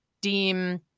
deem